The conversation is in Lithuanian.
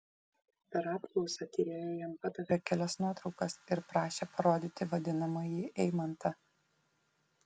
per apklausą tyrėja jam padavė kelias nuotraukas ir prašė parodyti vadinamąjį eimantą